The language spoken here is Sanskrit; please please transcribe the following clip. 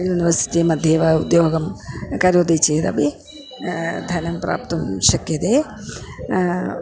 युनिवर्सिटि मध्ये वा उद्योगं करोति चेदपि धनं प्राप्तुं शक्यते